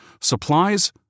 supplies